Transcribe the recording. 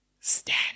stand